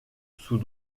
sous